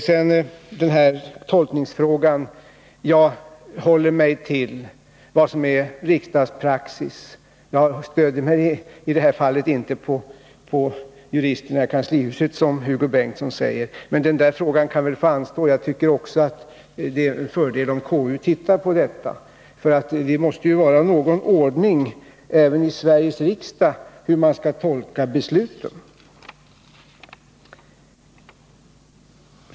När det gäller att tolka riksdagens beslut håller jag mig till vad som är riksdagspraxis. Jag stöder mig i det här fallet inte på juristerna i kanslihuset, som Hugo Bengtsson säger. Men den diskussionen kan få anstå. Jag tycker också att det är en fördel om KU prövar den här saken. Det måste ju vara någon ordning även i Sveriges riksdag när det gäller hur man skall tolka besluten!